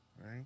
right